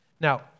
Now